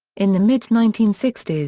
in the mid nineteen sixty s,